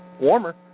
warmer